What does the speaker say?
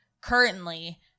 currently